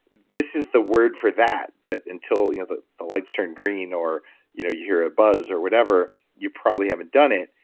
this is the word for that. but until you know the the lights turn green or you know you hear a buzz or whatever, you probably haven't done it.